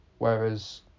Whereas